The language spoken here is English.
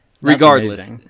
Regardless